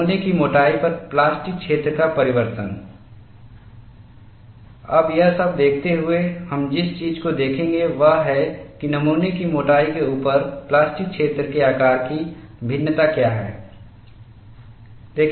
नमूना की मोटाई पर प्लास्टिक क्षेत्र का परिवर्तन अब यह सब देखते हुए हम जिस चीज़ को देखेंगे वह है कि नमूने की मोटाई के ऊपर प्लास्टिक क्षेत्र के आकार की भिन्नता क्या है